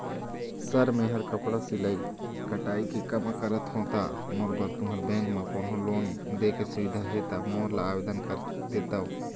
Sir मेहर कपड़ा सिलाई कटाई के कमा करत हों ता मोर बर तुंहर बैंक म कोन्हों लोन दे के सुविधा हे ता मोर ला आवेदन कर देतव?